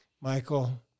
Michael